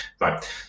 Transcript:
right